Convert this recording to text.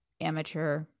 amateur